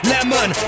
Lemon